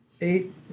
eight